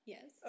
Yes